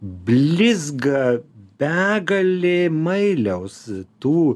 blizga begalė mailiaus tų